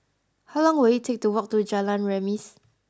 how long will it take to walk to Jalan Remis